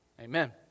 amen